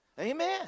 amen